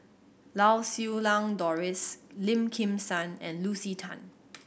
Lau Siew Lang Doris Lim Kim San and Lucy Tan